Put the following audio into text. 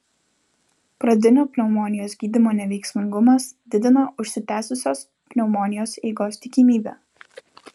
pradinio pneumonijos gydymo neveiksmingumas didina užsitęsusios pneumonijos eigos tikimybę